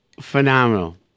phenomenal